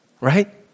right